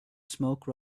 smoke